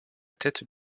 tête